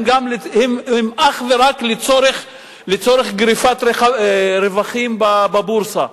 הם אך ורק לצורך גריפת רווחים בבורסה,